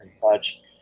touch